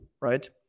right